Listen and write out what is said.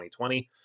2020